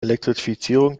elektrifizierung